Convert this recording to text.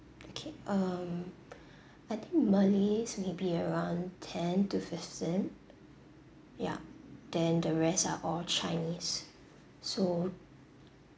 okay um I think malays maybe around ten to fifteen yeah then the rest are all chinese so